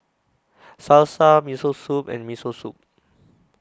Salsa Miso Soup and Miso Soup